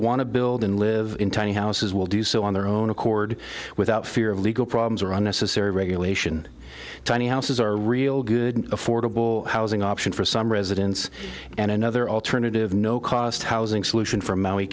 want to build and live in tiny houses will do so on their own accord without fear of legal problems or unnecessary regulation tiny houses are real good affordable housing option for some residents and another alternative no cost housing solution for maui